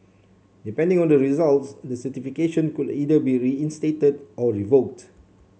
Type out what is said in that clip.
depending on the results the certification could either be reinstated or revoked